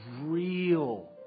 real